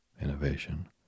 innovation